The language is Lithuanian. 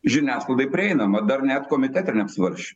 žiniasklaidai prieinama dar net komitete neapsvarsč